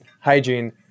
hygiene